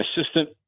assistant